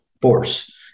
force